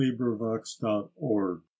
LibriVox.org